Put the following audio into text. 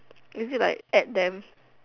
is it like add them